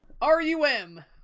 R-U-M